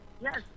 Yes